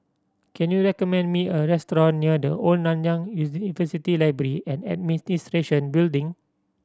can you recommend me a restaurant near The Old Nanyang University Library and Administration Building